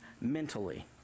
mentally